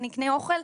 אני אקנה אוכל,